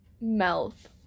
mouth